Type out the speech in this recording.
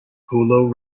pullo